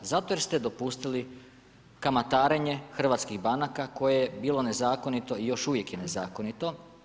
Zato jer ste dopustili kamatarenje hrvatskih banaka koje je bilo nezakonito i još uvijek je nezakonito.